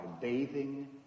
bathing